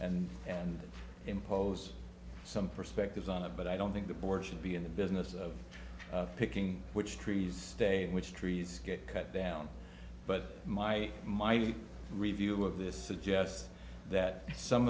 and and impose some perspectives on it but i don't think the board should be in the business of picking which trees stay which trees get cut down but my my review of this suggests that some